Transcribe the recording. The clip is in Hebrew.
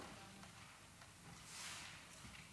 לרשותך חמש